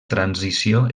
transició